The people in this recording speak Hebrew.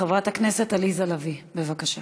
חברת הכנסת עליזה לביא, בבקשה.